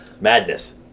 Madness